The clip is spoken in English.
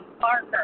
Barker